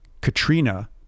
Katrina